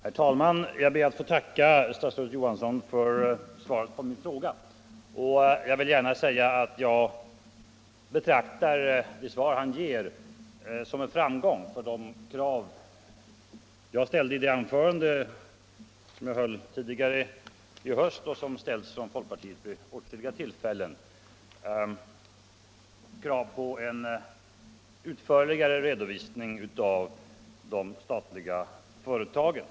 Herr talman! Jag ber att få tacka statsrådet Johansson för svaret på min fråga. Jag vill gärna säga att jag betraktar det som en framgång för de krav jag ställde i ett anförande tidigare i höst och som ställts från folkpartiet vid åtskilliga tillfällen — krav på en utförligare redovisning av de statliga företagen.